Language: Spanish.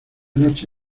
noche